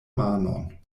manon